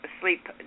sleep